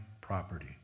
property